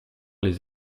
les